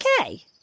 okay